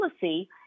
policy